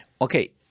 Okay